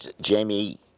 Jamie